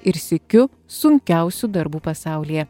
ir sykiu sunkiausių darbų pasaulyje